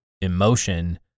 emotion